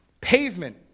pavement